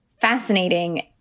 fascinating